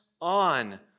on